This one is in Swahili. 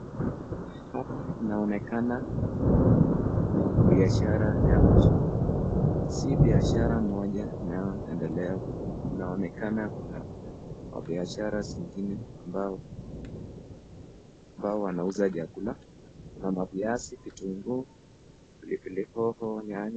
Hapa naona ni biashara ya mtu. Si biashara moja inayoendelea huku. Inaonekana kuna biashara zingine ambao ambao wanauza chakula na maviazi, vitunguu, pilipili hoho, nyanya.